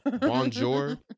Bonjour